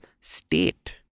state